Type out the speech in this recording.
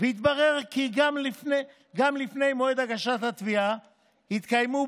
והתברר כי גם לפני מועד הגשת התביעה התקיימו